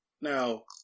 Now